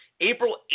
April